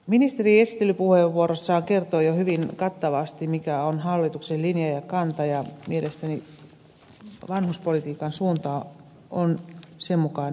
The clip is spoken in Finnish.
ministeri esittelypuheenvuorossaan kertoi jo hyvin kattavasti mikä on hallituksen linja ja kanta ja mielestäni vanhuspolitiikan suunta on sen mukaan ihan hyvä